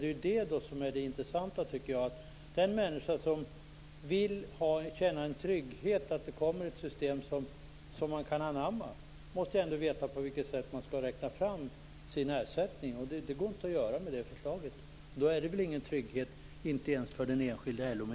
Det är ju det som är det intressanta: Den människa som vill känna tryggheten att det kommer ett system som man kan anamma måste ju ändå veta på vilket sätt han skall räkna fram sin ersättning. Det går inte med det här förslaget, och då är det väl ingen trygghet - inte ens för den enskilde